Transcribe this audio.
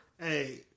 Hey